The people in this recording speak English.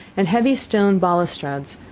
and heavy stone balustrades,